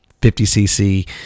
50cc